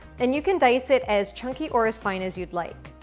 and you can dice it as chunky or as fine as you'd like.